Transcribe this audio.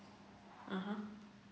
mm